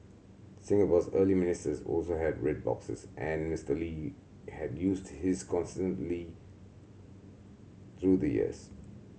Singapore's early ministers also had red boxes and Mister Lee had used his consistently through the years